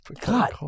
God